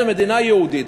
זו מדינה יהודית,